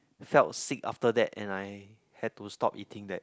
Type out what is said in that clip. felt sick after that and I had to stop eating that